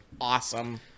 awesome